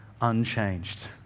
unchanged